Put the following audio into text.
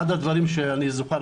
אחד הדברים שאני זוכר,